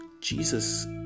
Jesus